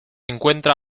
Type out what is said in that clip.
encuentra